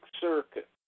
circuit